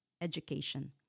education